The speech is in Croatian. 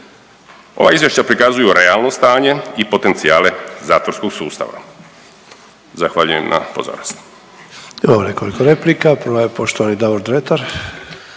Ova izvješća prikazuju realno stanje i potencijale zatvorskog sustava. Zahvaljujem na pozornosti.